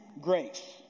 grace